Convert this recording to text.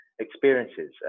experiences